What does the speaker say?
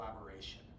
collaboration